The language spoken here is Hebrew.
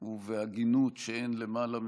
ובהגינות שאין למעלה מהן.